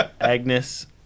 Agnes